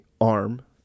arm